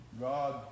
God